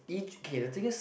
egy~ k the thing is